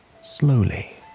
Slowly